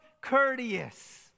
courteous